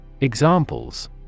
Examples